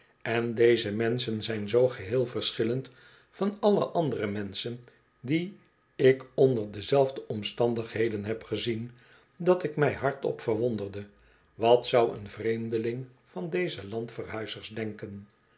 alle andere menschen die ik onder dezelfde omstandigheden heb gezien dat ik mij hardop verwonderde wat zou een vreemdeling van deze landverhuizers denken